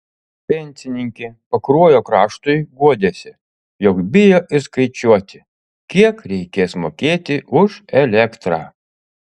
pensininkė pakruojo kraštui guodėsi jog bijo ir skaičiuoti kiek reikės mokėti už elektrą